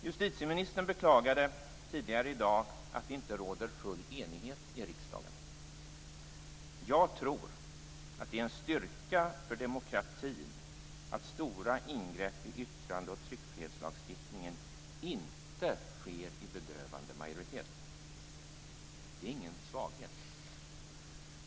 Justitieministern beklagade tidigare i dag att det inte råder full enighet i riksdagen. Jag tror att det är en styrka för demokratin att stora ingrepp i yttrandefrihets och tryckfrihetslagstiftningen inte sker i bedövande majoritet. Det är ingen svaghet.